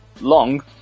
long